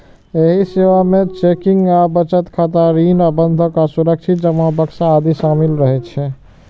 एहि सेवा मे चेकिंग आ बचत खाता, ऋण आ बंधक आ सुरक्षित जमा बक्सा आदि शामिल रहै छै